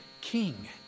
king